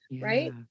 right